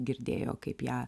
girdėjau kaip ją